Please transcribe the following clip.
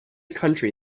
country